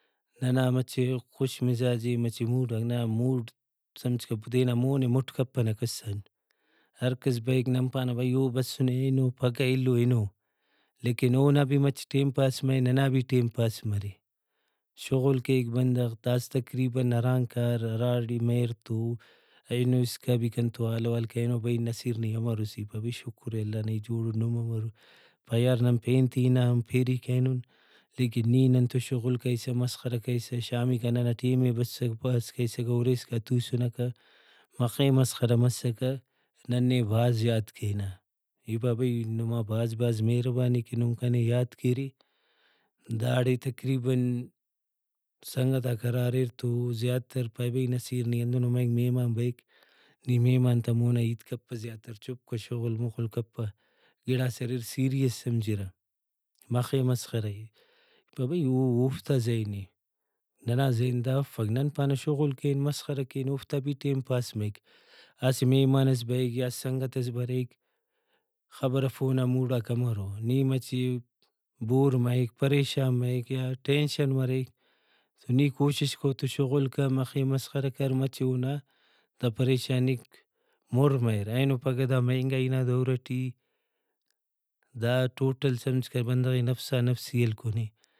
ننا مچہ خوش مزاجی مچہ موڈاک ننا موڈ سمجھکہ تینا مونے مُٹ کپنہ کس آن ہر کس بریک نن پانہ بھئی او بسنے اینو پھگہ اِلو ہنو۔ لیکن اونا بھی مچہ ٹائم پاس مرے ننا بھی ٹائم پاس مرے شغل کیک بندغ داسہ تقریباً ہرانگ کار ہراڑے مریرتو اینو اسکا بھی کنتو حال احوال کرینو بھئی نصیر نی اَمرس ای پاوہ بھئی شکرے اللہ نا ای جوڑٹ نم امرورے پائے یار نن پین تین ہنانن پیری کرینن لیکن نی ننتو شغل کریسہ مسخرہ کریسہ شامیکا ننا ٹائمے بسسہ پاس کریسکہ ہُرے اسکا توسنکہ مخے مسخرہ مسکہ نن نے بھاز یاد کینہ ای پاو بھئی نما بھاز بھاز مہربانی کہ نم کنے یاد کیرے داڑے تقریباً سنگتاک ہرا اریر تو زیاتر پائے بھئی نصیر نی ہندنو مریک مہمان بریک نی مہمان تا ہیت کپہ زیاتر چُپ کہ شغل مغل کپہ گڑاس اریر سیریئس سمجھرہ مخے مسخرہ اے ای پاو بھئی او اوفتا ذہن اے ننا ذہن دا افک نن پانہ شغل کین مسخرہ کین اوفتا بھی ٹائم پاس مریک اسہ مہمان ئس بریک یا سنگتس بریک خبر اف اونا موڈاک امرو نی مچہ بور مریک پریشان مریک یا Tensionمریک تو نی کوشش کہ اوتو شغل کہ مخے مسخرہ کر مچہ اونا دا پریشانیک مُر مریر اینو پھگہ دا مہنگائی نا دور ٹی دا ٹوٹل سمجھکہ بندغے نفسانفسی ہلکُنے